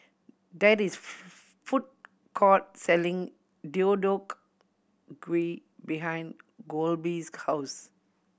there is a food court selling Deodeok Gui behind Kolby's house